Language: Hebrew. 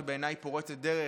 שבעיניי היא פורצת דרך,